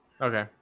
Okay